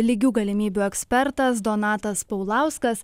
lygių galimybių ekspertas donatas paulauskas